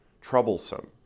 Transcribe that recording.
troublesome